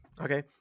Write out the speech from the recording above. Okay